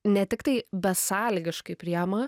ne tiktai besąlygiškai priima